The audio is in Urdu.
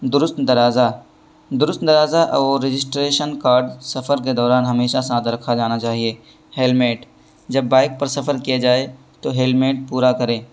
درست درازہ درست درازہ اور رجسٹریشن کارڈ سفر کے دوران ہمیشہ ساتھ رکھا جانا چاہیے ہیلمیٹ جب بائک پر سفر کیا جائے تو ہیلمیٹ پورا کریں